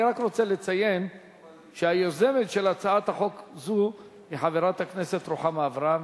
אני רק רוצה לציין שהיוזמת של הצעת חוק זו היא חברת הכנסת רוחמה אברהם.